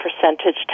percentage